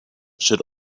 should